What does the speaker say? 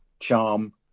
Charm